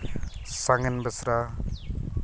ᱥᱟᱜᱮᱱ ᱵᱮᱥᱨᱟ